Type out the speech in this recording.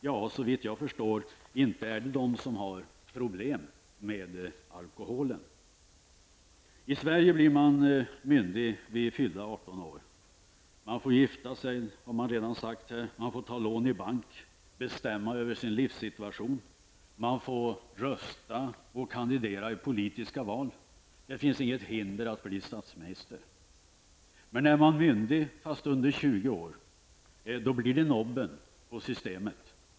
Jo, såvitt jag förstår är det inte de som har problem med alkoholen. I Sverige blir man myndig vid fyllda 18 år. Då får man gifta sig, som redan sagts, man får ta lån i bank, man får bestämma över sin livssituation, man får rösta och kandidera i politiska val. Det finns inget hinder att bli statsminister. Men när man är myndig men under 20 år blir det direkt nobben på Systembolaget.